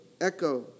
echo